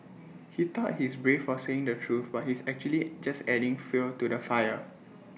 he thought he's brave for saying the truth but he's actually just adding fuel to the fire